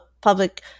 public